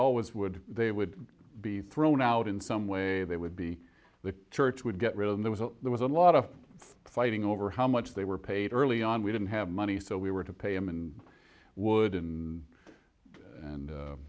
always would they would be thrown out in some way they would be the church would get real and there was a there was a lot of fighting over how much they were paid early on we didn't have money so we were to pay him and wouldn and